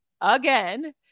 again